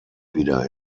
wieder